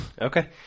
Okay